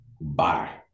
bye